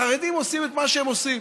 החרדים עושים את מה שהם עושים.